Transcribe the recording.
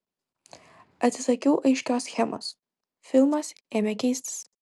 atsisakiau aiškios schemos filmas ėmė keistis